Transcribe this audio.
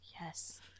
Yes